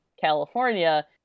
California